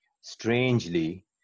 strangely